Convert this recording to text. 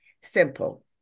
simple